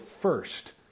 first